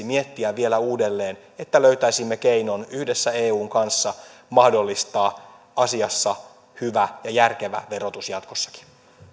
miettiä vielä uudelleen että löytäisimme keinon yhdessä eun kanssa mahdollistaa asiassa hyvä ja järkevä verotus jatkossakin